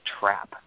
trap